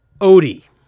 Odie